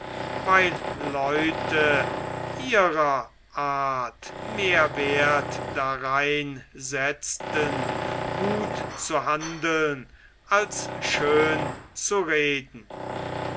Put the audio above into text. weil leute ihrer art mehr werth darein setzten gut zu handeln als schön zu reden